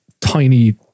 tiny